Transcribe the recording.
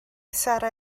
sarra